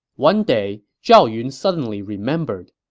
one day, zhao yun suddenly remembered,